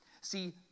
See